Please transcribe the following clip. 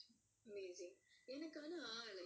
amazing a gardener